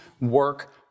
work